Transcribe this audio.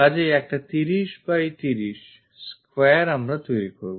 কাজেই একটা 30 by 30 square আমরা তৈরি করবো